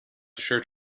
assured